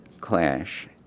clash